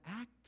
act